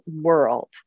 world